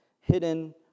hidden